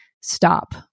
stop